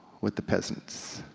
with the peasants.